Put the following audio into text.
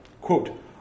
quote